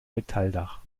metalldach